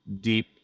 deep